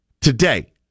Today